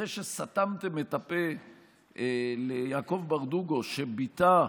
אחרי שסתמתם את הפה ליעקב ברדוגו, שביטא,